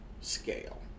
scale